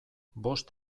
bost